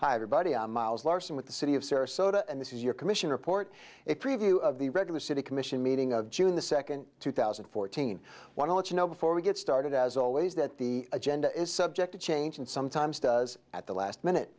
everybody i'm miles larsen with the city of sarasota and this is your commission report a preview of the regular city commission meeting of june the second two thousand and fourteen want to let you know before we get started as always that the agenda is subject to change and sometimes does at the last minute